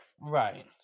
Right